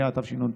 ואזור יריחו (הסדרים כלכליים והוראות שונות)